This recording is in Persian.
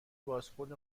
بازخورد